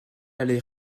aller